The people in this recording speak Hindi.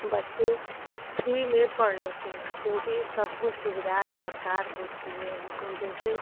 बच्चे फ्री में पढ़ लेते हैं क्योंकि सब कुछ सुविधा सरकार देती है उनको जैसे